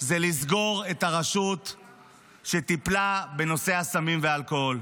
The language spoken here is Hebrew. זה לסגור את הרשות שטיפלה בנושא הסמים והאלכוהול.